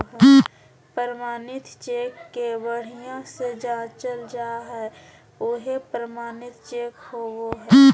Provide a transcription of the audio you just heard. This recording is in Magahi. प्रमाणित चेक के बढ़िया से जाँचल जा हइ उहे प्रमाणित चेक होबो हइ